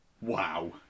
wow